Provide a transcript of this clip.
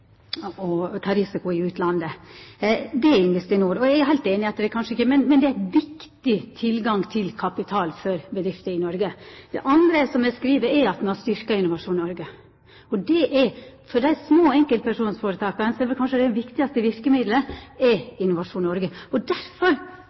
å ta risiko i utlandet. Det er Investinor, og det er ein viktig tilgang til kapital for bedrifter i Noreg. Det andre me skriv, er at me har styrkt Innovasjon Norge. For dei små enkeltpersonføretaka er Innovasjon Norge kanskje det viktigaste verkemiddelet. Derfor vert eg ganska overraska når det står i merknadene: «Disse medlemmer forundrer seg over flertallets poengtering av at tilskuddene til Innovasjon Norge er